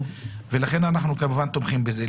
לכן אנחנו כמובן תומכים בזה.